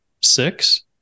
six